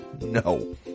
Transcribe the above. No